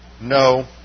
no